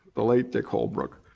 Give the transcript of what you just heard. the late dick holbrooke,